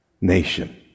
nation